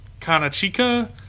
kanachika